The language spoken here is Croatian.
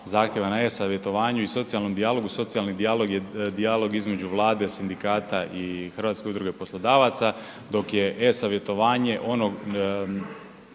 zahtjeva na e-savjetovanju i socijalnom dijalogu, socijalni dijalog je dijalog između Vlade, sindikata i Hrvatske udruge poslodavaca, dok je e-savjetovanje ono